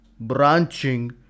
branching